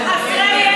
בבקשה,